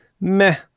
meh